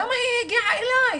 למה היא הגיעה אליי?